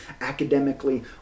academically